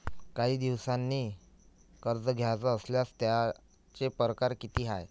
कायी दिसांसाठी कर्ज घ्याचं असल्यास त्यायचे परकार किती हाय?